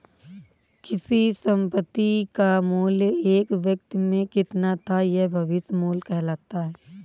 किसी संपत्ति का मूल्य एक वक़्त में कितना था यह भविष्य मूल्य कहलाता है